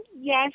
yes